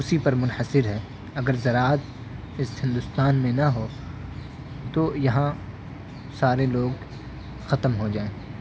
اسی پر منحصر ہے اگر زراعت اس ہندوستان میں نہ ہو تو یہاں سارے لوگ ختم ہو جائیں